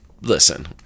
listen